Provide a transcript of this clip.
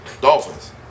Dolphins